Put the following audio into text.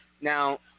Now